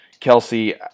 Kelsey